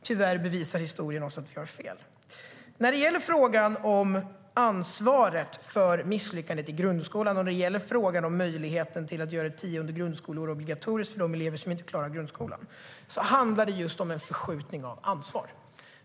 Tyvärr bevisar historien att det är fel. När det gäller frågan om ansvaret för misslyckandet i grundskolan och frågan om möjligheten att göra ett tionde grundskoleår obligatoriskt för de elever som inte klarar grundskolan handlar det just om en förskjutning av ansvar.